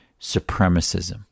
supremacism